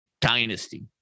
Dynasty